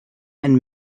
and